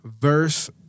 verse